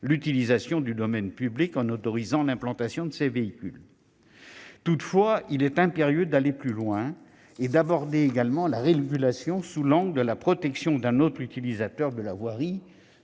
l'utilisation du domaine public en autorisant l'implantation de ces véhicules. Toutefois, il est impérieux d'aller plus loin et d'aborder également la régulation des usages sous l'angle de la protection d'un autre utilisateur de la voirie